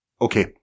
Okay